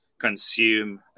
consume